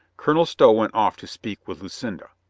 colonel stow went off to speak with lucinda.